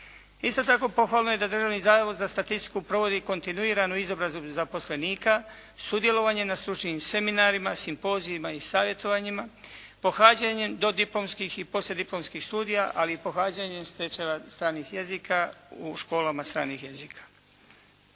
Isto tako, pohvalno je da Državni zavod za statistiku provodi kontinuiranu izobrazbu zaposlenika, sudjelovanje na stručnim seminarima, simpozijima i savjetovanjima, pohađanjem dodiplomskih i poslijediplomskih studija, ali i pohađanjem tečajeva stranih jezika u školama stranih jezika.